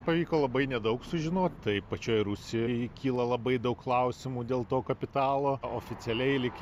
pavyko labai nedaug sužinot tai pačioj rusijoj kyla labai daug klausimų dėl to kapitalo oficialiai lyg